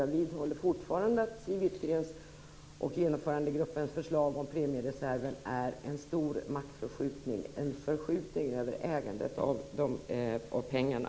Jag vidhåller fortfarande att Siw Wittgren-Ahls och Genomförandegruppens förslag om premiereserven innebär en stor maktförskjutning av ägandet av pengarna.